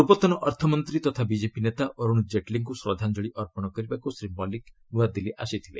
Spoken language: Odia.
ପୂର୍ବତନ ଅର୍ଥମନ୍ତ୍ରୀ ତଥା ବିଜେପି ନେତା ଅରୁଣ ଜେଟ୍ଲୀଙ୍କୁ ଶ୍ରଦ୍ଧାଞ୍ଜଳି ଅର୍ପଣ କରିବାକୁ ଶ୍ରୀ ମଲିକ ନୂଆଦିଲ୍ଲୀ ଆସିଥିଲେ